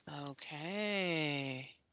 Okay